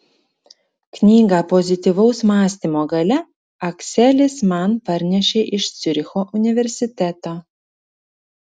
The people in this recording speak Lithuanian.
knygą pozityvaus mąstymo galia akselis man parnešė iš ciuricho universiteto